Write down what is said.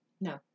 No